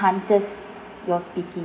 enhances your speaking